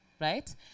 right